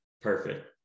perfect